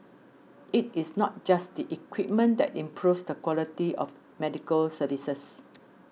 it is not just the equipment that improves the quality of medical services